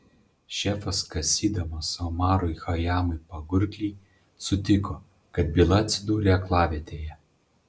šefas kasydamas omarui chajamui pagurklį sutiko kad byla atsidūrė aklavietėje